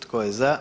Tko je za?